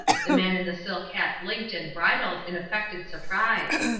the man in the silk hat blinked and bridled in affected surprise,